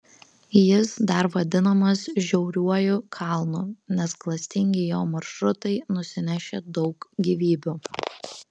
jis dar vadinamas žiauriuoju kalnu nes klastingi jo maršrutai nusinešė daug gyvybių